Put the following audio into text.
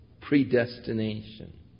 predestination